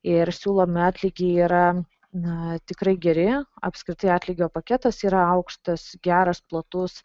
ir siūlomi atlygiai yra na tikrai geri apskritai atlygio paketas yra aukštas geras platus